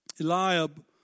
Eliab